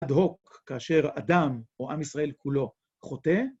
אד-הוק כאשר אדם או עם ישראל כולו חוטא